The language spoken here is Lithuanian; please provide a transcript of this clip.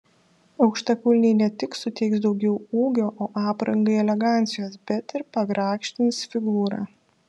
aukštakulniai ne tik suteiks daugiau ūgio o aprangai elegancijos bet ir pagrakštins figūrą